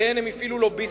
כן, הם הפעילו לוביסטים,